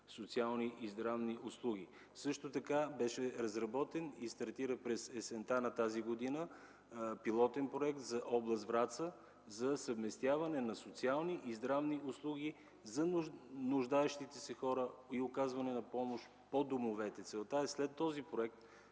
социални и здравни услуги. Също така беше разработен и през есента на миналата година стартира Пилотен проект за област Враца за съвместяване на социални и здравни услуги за нуждаещите се хора и оказване на помощ по домовете. Целта е този проект,